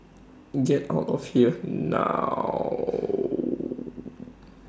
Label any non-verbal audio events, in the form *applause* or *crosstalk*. get out of here now *noise*